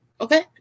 Okay